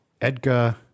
Edgar